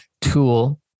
tool